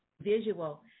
visual